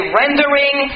rendering